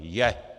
Je!